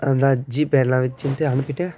அதான் ஜிபேலாம் வச்சுக்கிட்டு அனுப்பிட்டு